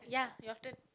ya your turn